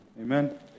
Amen